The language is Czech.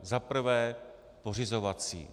Za prvé pořizovací.